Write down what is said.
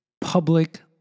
Public